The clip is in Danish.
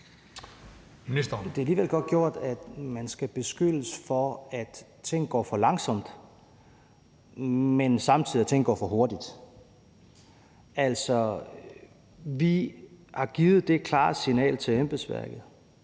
Det er alligevel godt gjort, at man skal beskyldes for, at ting går for langsomt, men samtidig at ting går for hurtigt. Vi har givet det klare signal til embedsværket,